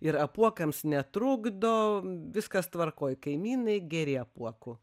ir apuokams netrukdo viskas tvarkoj kaimynai geri apuokų